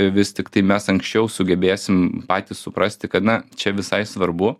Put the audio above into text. vis tiktai mes anksčiau sugebėsim patys suprasti kad na čia visai svarbu